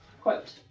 Quote